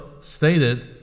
stated